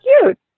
cute